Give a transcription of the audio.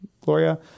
Gloria